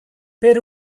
per